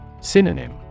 Synonym